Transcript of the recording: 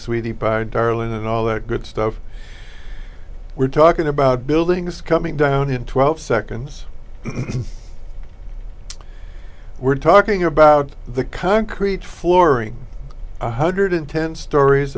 sweetie pie darling and all that good stuff we're talking about buildings coming down in twelve seconds we're talking about the concrete flooring one hundred and ten